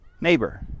neighbor